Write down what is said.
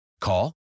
Call